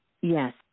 Yes